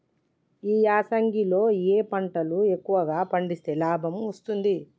ఈ యాసంగి లో ఏ పంటలు ఎక్కువగా పండిస్తే లాభం వస్తుంది?